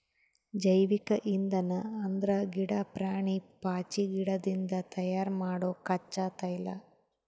ಜೈವಿಕ್ ಇಂಧನ್ ಅಂದ್ರ ಗಿಡಾ, ಪ್ರಾಣಿ, ಪಾಚಿಗಿಡದಿಂದ್ ತಯಾರ್ ಮಾಡೊ ಕಚ್ಚಾ ತೈಲ